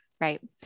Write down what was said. Right